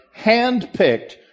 handpicked